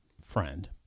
friend